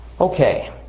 Okay